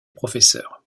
professeur